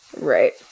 right